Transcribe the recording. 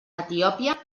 etiòpia